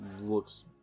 looks